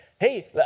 hey